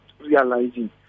realizing